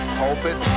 pulpit